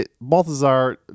Balthazar